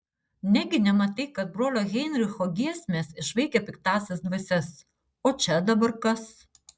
negi nematai kad brolio heinricho giesmės išvaikė piktąsias dvasias o čia dabar kas